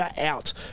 out